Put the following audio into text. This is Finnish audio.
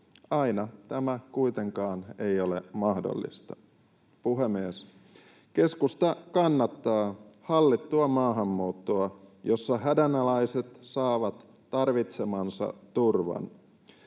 Aina tämä kuitenkaan ei ole mahdollista. Puhemies! Keskusta kannattaa hallittua maahanmuuttoa, jossa hädänalaiset saavat tarvitsemansa turvan.